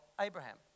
Abraham